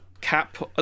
cap